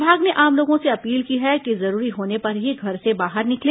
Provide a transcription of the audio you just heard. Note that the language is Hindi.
विभाग ने आम लोगों से अपील की है कि जरूरी होने पर ही घर से बाहर निकले